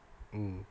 mm